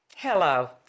Hello